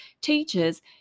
teachers